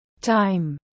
time